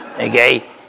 Okay